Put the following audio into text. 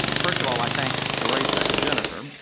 first of all, i thank therasa and jennifer,